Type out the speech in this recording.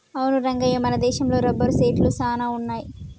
అవును రంగయ్య మన దేశంలో రబ్బరు సెట్లు సాన వున్నాయి